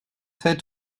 sept